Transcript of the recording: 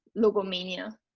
logomania